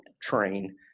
train